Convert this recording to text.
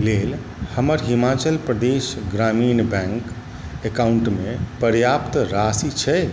लेल हमर हिमाचल प्रदेश ग्रामीण बैंक अकाउंटमे पर्याप्त राशि छै